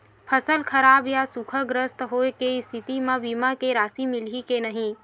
फसल खराब या सूखाग्रस्त होय के स्थिति म बीमा के राशि मिलही के नही?